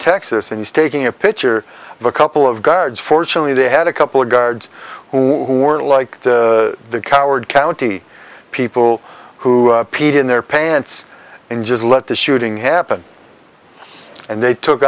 texas and it's taking a picture of a couple of guards fortunately they had a couple of guards who were like the coward county people who peed in their pants and just let the shooting happen and they took